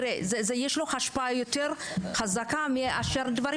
-- יש לו השפעה יותר חזקה מאשר דברים